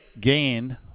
gain